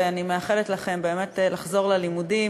ואני מאחלת לכם באמת לחזור ללימודים,